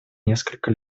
несколько